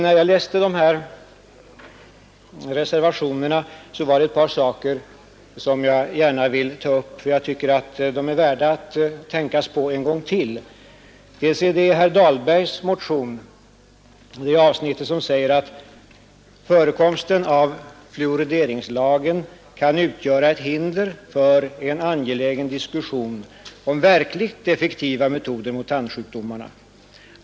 När jag läste reservationerna fann jag ett par synpunkter som jag gärna vill ta upp, eftersom de är väl värda att man tänker på dem en gång till. I ett avsnitt i herr Dahlbergs motion sägs att förekomsten av fluorideringslagen kan utgöra ett hinder för en angelägen diskussion om verkligt effektiva metoder mot tandsjukdomarna.